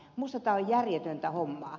minusta tämä on järjetöntä hommaa